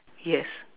yes